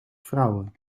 vrouwen